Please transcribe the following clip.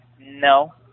No